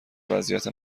وضعیت